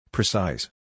Precise